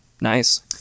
nice